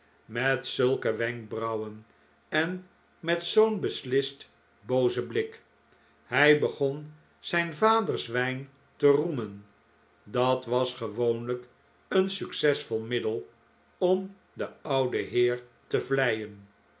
met zulke wenkbrauwen en met zoo'n beslist boozen blik hij begon zijn vaders wijn te roemen dat was gewoonlijk een succesvol middel om den ouwen heer te vleien